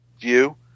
view